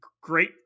great